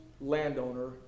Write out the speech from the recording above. landowner